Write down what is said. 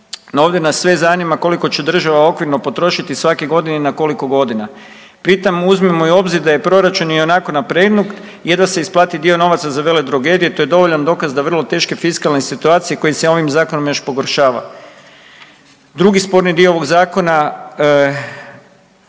ovdje nas sve zanima koliko će država okvirno potrošiti svake godine i na koliko godina. Pri tom uzmimo i u obzir da je proračun ionako napregnut jedva se isplati dio novaca za veledrogerije to je dovoljan dokaz da vrlo teške fiskalne situacije koje se ovim zakonom još pogoršava. Drugi sporni dio ovog Zakona